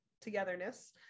togetherness